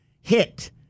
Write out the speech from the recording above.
hit